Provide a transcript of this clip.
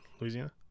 Louisiana